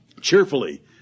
cheerfully